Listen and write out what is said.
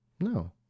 No